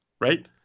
right